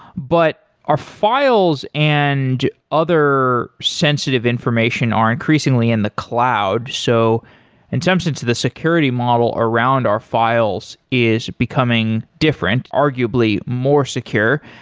but our files and other sensitive information are increasingly in the cloud. so in some sense, the security model around our files is becoming different, arguably more secure.